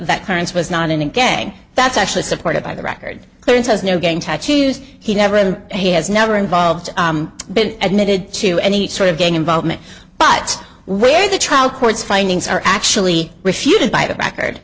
that current's was not in a gang that's actually supported by the record there and has no gang tattoos he never and he has never involved been admitted to any sort of gang involvement but where the trial court's findings are actually refuted by the record